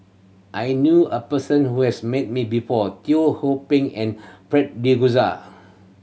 I knew a person who has met before Ho Pin and Fred De